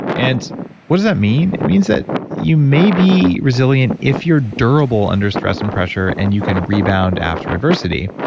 and what does that mean? it means that you may be resilient if you're durable under stress and pressure and you can rebound after adversity.